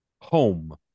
home